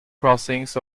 crossings